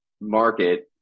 market